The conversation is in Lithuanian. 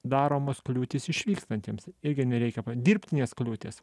daromos kliūtys išvykstantiems irgi nereikia dirbtinės kliūtys